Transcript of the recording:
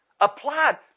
Applied